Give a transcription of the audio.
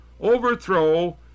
overthrow